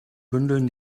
bündeln